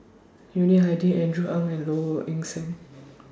Yuni Hadi Andrew Ang and Low Ing Sing